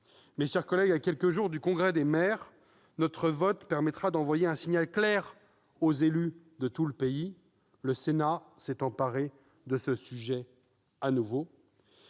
Mes chers collègues, à quelques jours du congrès des maires, notre vote permettra d'envoyer un signal clair aux élus de tout le pays : le Sénat s'est de nouveau